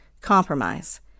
compromise